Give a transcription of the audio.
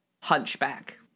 Hunchback